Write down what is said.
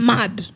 Mad